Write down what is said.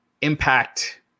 impact